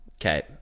okay